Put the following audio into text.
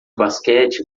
basquete